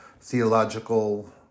theological